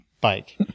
bike